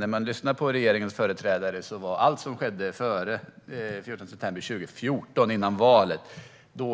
Vi får höra regeringens företrädare säga att allt som hände före den 14 september 2014, alltså före valet,